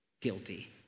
Guilty